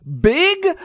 big